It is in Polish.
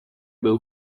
był